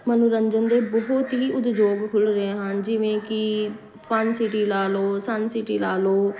ਮਨੋਰੰਜਨ ਦੇ ਬਹੁਤ ਹੀ ਉਦਯੋਗ ਖੁੱਲ੍ਹ ਰਹੇ ਹਨ ਜਿਵੇਂ ਕਿ ਫਨ ਸਿਟੀ ਲਾ ਲਓ ਸਨ ਸਿਟੀ ਲਾ ਲਓ